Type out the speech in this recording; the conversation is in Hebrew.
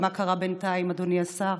מה קרה בינתיים, אדוני השר?